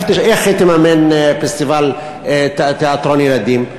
איך היא תממן פסטיבל תיאטרון ילדים?